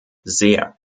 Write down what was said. sehr